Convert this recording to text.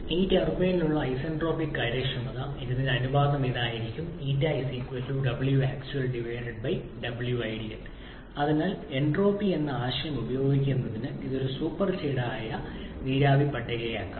ഈ ടർബൈനിനുള്ള ഐസന്റ്രോപിക് കാര്യക്ഷമത ഇതിന്റെ അനുപാതം ഇതായിരിക്കും 𝜂 𝑊̇ 𝑎𝑐𝑡𝑢𝑎𝑙𝑊̇ 𝑖𝑑𝑒𝑎𝑙 അതിനാൽ എൻട്രോപ്പി എന്ന ആശയം ഉപയോഗിക്കുന്നതിന് ഇത് ഒരു സൂപ്പർ ചൂടായ നീരാവി പട്ടികയാക്കാം